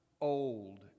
old